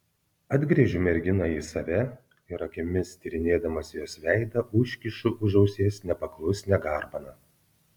atgręžiu merginą į save ir akimis tyrinėdamas jos veidą užkišu už ausies nepaklusnią garbaną